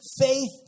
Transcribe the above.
faith